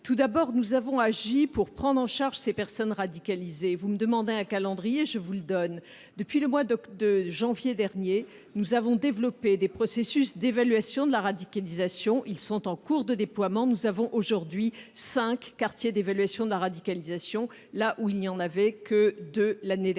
Tout d'abord, nous avons agi pour prendre en charge ces personnes radicalisées. Vous me demandez un calendrier, je vous le donne. Depuis le mois de janvier dernier, nous avons développé des processus d'évaluation de la radicalisation. Ils sont en cours de déploiement. Nous avons aujourd'hui cinq quartiers d'évaluation de la radicalisation, là où il n'y en avait que deux l'année dernière.